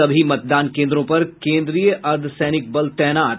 सभी मतदान केन्द्रों पर केन्द्रीय अर्द्धसैनिक बल तैनात